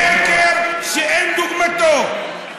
שקר שאין כדוגמתו,